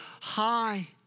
high